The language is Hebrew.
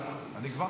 נתקבל.